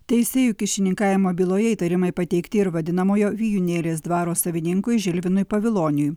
teisėjų kyšininkavimo byloje įtarimai pateikti ir vadinamojo vijūnėlės dvaro savininkui žilvinui paviloniui